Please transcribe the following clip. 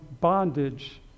bondage